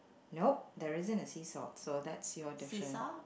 no there isn't a sea salt so that's your different